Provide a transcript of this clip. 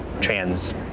trans